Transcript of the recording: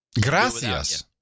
Gracias